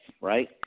right